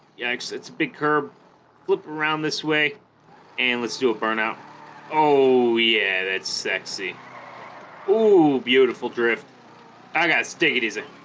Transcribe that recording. yikes it's a big curb flip around this way and let's do a burnout oh yeah that's sexy oh beautiful drift i got steak it is it